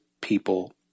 people